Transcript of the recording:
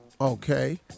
Okay